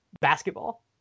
basketball